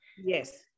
yes